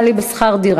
(שמירת זכויות בשל אלימות בן-זוג),